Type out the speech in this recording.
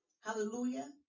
hallelujah